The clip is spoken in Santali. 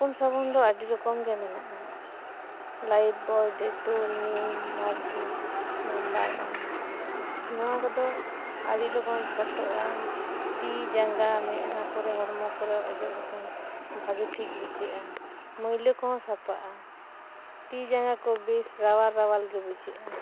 ᱛᱳᱯᱳᱱ ᱥᱟᱹᱵᱩᱱ ᱫᱚ ᱟᱹᱰᱤ ᱨᱚᱠᱚᱢ ᱜᱮ ᱢᱮᱱᱟᱜᱼᱟ ᱞᱟᱭᱵᱚᱭ ᱰᱮᱴᱚᱞ ᱱᱤᱢ ᱢᱟᱨᱜᱚ ᱱᱟᱢᱵᱟᱨ ᱳᱣᱟᱱ ᱱᱚᱣᱟ ᱠᱚ ᱫᱚ ᱟᱹᱰᱤ ᱞᱚᱜᱚᱱ ᱯᱷᱚᱛᱚᱜᱼᱟ ᱛᱤ ᱡᱟᱸᱜᱟ ᱢᱮᱫ ᱦᱟᱸ ᱠᱚᱨᱮ ᱦᱚᱲᱢᱚ ᱠᱚᱨᱮ ᱚᱡᱚᱜ ᱞᱮᱠᱷᱟᱱ ᱵᱷᱟᱜᱤ ᱴᱷᱤᱠ ᱵᱩᱡᱷᱟᱣᱼᱟ ᱢᱟᱹᱭᱞᱟᱹ ᱠᱚ ᱦᱚ ᱥᱟᱯᱷᱟᱜᱼᱟ ᱛᱤ ᱡᱟᱸᱜᱟ ᱠᱚ ᱵᱮᱥ ᱨᱟᱣᱟᱞ ᱨᱟᱣᱟᱞ ᱜᱮ ᱵᱩᱡᱷᱟᱜᱼᱟ